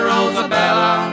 Rosabella